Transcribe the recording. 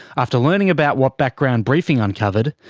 after learning about what background briefing uncovered,